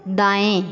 दाएं